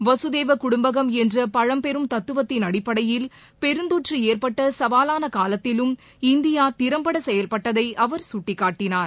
வசுதேவ குடும்பகம் என்ற பழம்பெரும் தத்துவத்தின் அடிப்படையில் பெருந்தொற்று ஏற்பட்ட சவாலான காலத்திலும் இந்தியா திறம்பட செயல்பட்டதை அவர் சுட்டிக்காட்டினார்